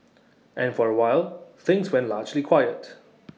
and for awhile things went largely quiet